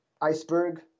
iceberg